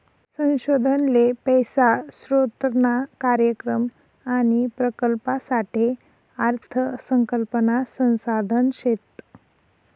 संशोधन ले पैसा स्रोतना कार्यक्रम आणि प्रकल्पसाठे अर्थ संकल्पना संसाधन शेत